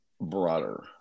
broader